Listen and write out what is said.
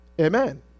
Amen